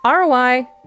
ROI